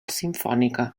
simfònica